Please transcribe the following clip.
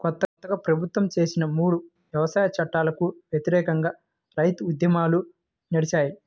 కొత్తగా ప్రభుత్వం చేసిన మూడు వ్యవసాయ చట్టాలకు వ్యతిరేకంగా రైతు ఉద్యమాలు నడిచాయి